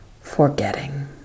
forgetting